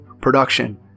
production